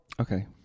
Okay